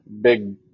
big